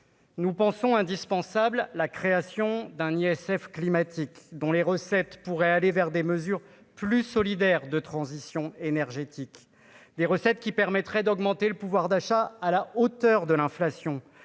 nous pensons indispensable la création d'un ISF climatique dont les recettes pourraient aller vers des mesures plus solidaire de Transition énergétique des recettes qui permettrait d'augmenter le pouvoir d'achat à la hauteur de l'inflation